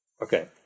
Okay